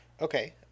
Okay